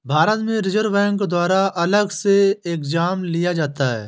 भारत में Reserve Bank द्वारा अलग से एग्जाम लिया जाता है